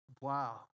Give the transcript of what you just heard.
wow